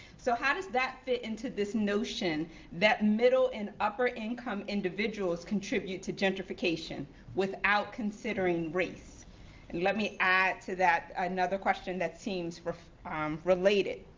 so how does that fit into this notion that middle and upper income individuals contribute to gentrification without considering race? and let me add to that another question that seems um related.